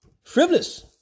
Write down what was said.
frivolous